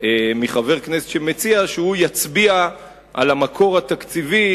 מחבר כנסת שמציע שהוא יצביע על המקור התקציבי